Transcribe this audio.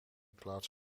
plaats